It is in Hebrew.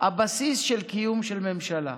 זה בסיס הקיום של ממשלה.